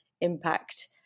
impact